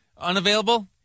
unavailable